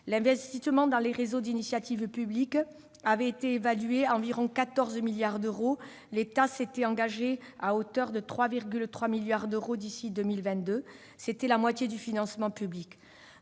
L'investissement dans les réseaux d'initiative publique (RIP) avait été évalué à environ 14 milliards d'euros. L'État s'était engagé à hauteur de 3,3 milliards d'euros d'ici à 2022, soit la moitié du financement public.